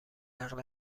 نقل